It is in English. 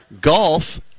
golf